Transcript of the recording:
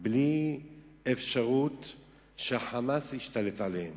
בלי אפשרות שה"חמאס" ישתלט עליהם.